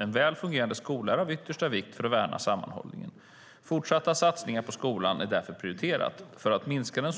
En väl fungerande skola är av yttersta vikt för att värna sammanhållningen. Fortsatta satsningar på skolan är därför prioriterat. För att minska den